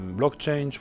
blockchain